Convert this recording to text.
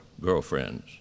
girlfriends